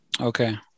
Okay